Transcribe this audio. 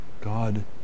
God